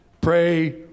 pray